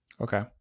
Okay